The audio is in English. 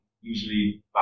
usually